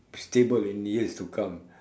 stable in years to come